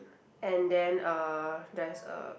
and then uh there's a